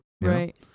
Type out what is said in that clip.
Right